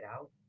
out